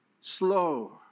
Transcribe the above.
slow